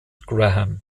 graham